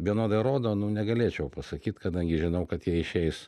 vienodai rodo nu negalėčiau pasakyt kadangi žinau kad jie išeis